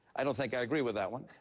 i don't think i agree with that one,